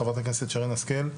חברת הכנסת שרן השכל.